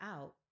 out